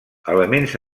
elements